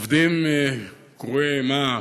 עובדים קרועי אימה,